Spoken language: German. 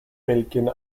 belgien